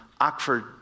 Oxford